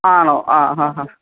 ആണോ ആ ഹാ ഹ